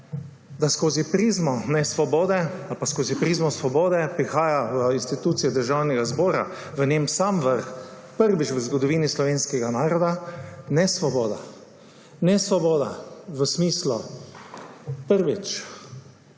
današnjega dne je, da skozi prizmo svobode prihaja v institucijo Državnega zbora, v njen sam vrh prvič v zgodovini slovenskega naroda nesvoboda. Nesvoboda v smislu prvič,